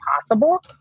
possible